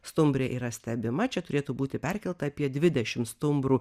stumbrė yra stebima čia turėtų būti perkelta apie dvidešim stumbrų